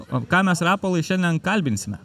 o ką mes rapolai šiandien kalbinsime